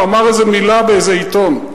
הוא אמר איזה מלה באיזה עיתון.